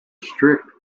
strict